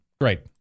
Great